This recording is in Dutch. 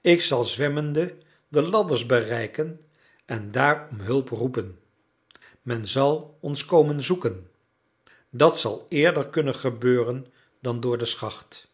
ik zal zwemmende de ladders bereiken en daar om hulp roepen men zal ons komen zoeken dat zal eerder kunnen gebeuren dan door de schacht